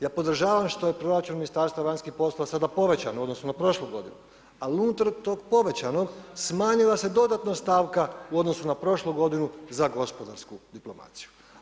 Ja podržavam što je proračun Ministarstva vanjskih poslova sada povećan u odnosu na prošlu godinu, ali unutar tog povećanog, smanjila se dodatno stavka u odnosu na prošlu godinu za gospodarsku diplomaciju.